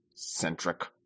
centric